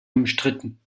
umstritten